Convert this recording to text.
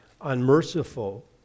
unmerciful